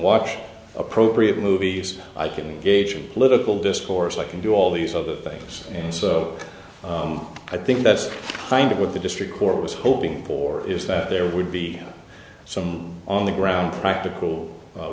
watch appropriate movies i can gauge and political discourse i can do all these other things and so i think that's kind of what the district court was hoping for is that there would be some on the ground practical